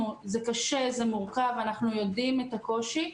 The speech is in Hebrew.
אנחנו יודעים שזה קשה ומורכב ואנחנו מודעים לקושי,